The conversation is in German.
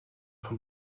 von